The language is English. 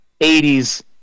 80s